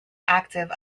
active